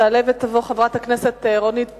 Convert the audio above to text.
תעלה ותבוא חברת הכנסת רונית תירוש,